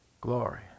Glory